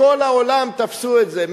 בכל העולם תפסו את זה,